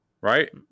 right